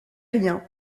rien